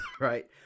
Right